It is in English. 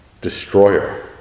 destroyer